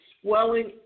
swelling